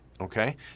Okay